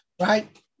right